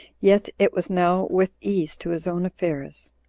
yet it was now with ease to his own affairs.